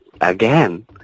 again